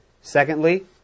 Secondly